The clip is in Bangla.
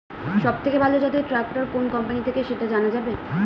সবথেকে ভালো জাতের ট্রাক্টর কোন কোম্পানি থেকে সেটা জানা যাবে?